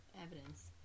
evidence